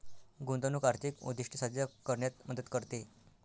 गुंतवणूक आर्थिक उद्दिष्टे साध्य करण्यात मदत करते